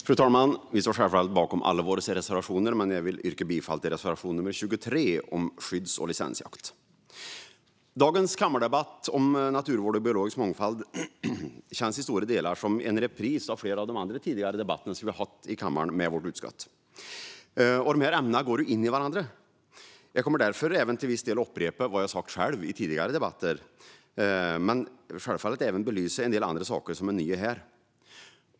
Fru talman! Vi står självfallet bakom alla våra reservationer, men jag vill yrka bifall till reservation nr 23 om skydds och licensjakt. Dagens kammardebatt om naturvård och biologisk mångfald känns i stora delar som en repris på flera av de andra tidigare debatterna vi har haft i kammaren med vårt utskott. Ämnena går ju in i varandra. Jag kommer därför till viss del att upprepa vad jag själv har sagt i tidigare debatter men självfallet även belysa en del andra saker som är nya här.